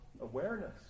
awareness